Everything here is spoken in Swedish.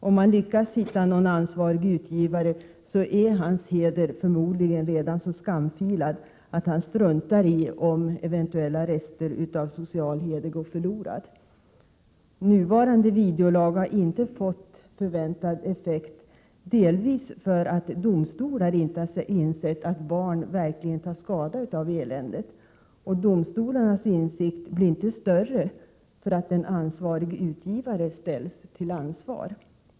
Om man lyckas hitta någon ansvarig utgivare så är hans heder förmodligen redan så skamfilad att han struntar i om eventuella rester av social heder går förlorad. Nuvarande videolag har inte fått förväntad effekt, delvis för att domstolarna inte har insett att barn verkligen tar skada av eländet. Domstolarnas insikt blir inte större för att en 109 ansvarig utgivare ställs till svars.